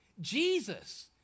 Jesus